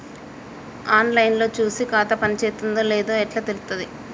On line లో చూసి ఖాతా పనిచేత్తందో చేత్తలేదో ఎట్లా తెలుత్తది?